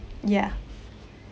ya